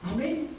Amen